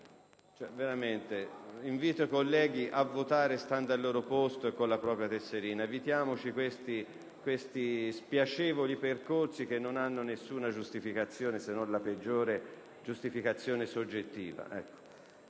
ed invito i colleghi a votare stando al loro posto e con la propria tessera: evitiamo questi spiacevoli episodi, che non hanno alcuna scusante se non la peggiore giustificazione soggettiva.